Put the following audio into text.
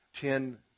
ten